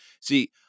See